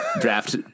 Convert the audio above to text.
draft